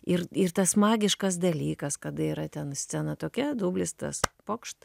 ir ir tas magiškas dalykas kada yra ten scena tokia dublis tas pokšt